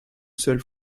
seule